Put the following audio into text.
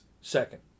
second